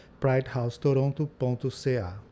pridehousetoronto.ca